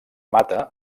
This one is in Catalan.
mata